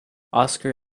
oscar